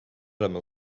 oleme